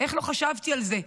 איך לא חשבתי על זה?